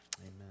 Amen